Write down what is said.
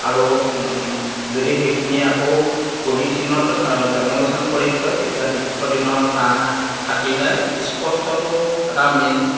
আৰু যদি সেইখিনি আকৌ পলিথিনত লেম'নেশ্য়ন কৰি থয় তেতিয়া দীৰ্ঘদিনৰ কাৰণে থাকি যায় ইস্পষ্টটো এটা মেইন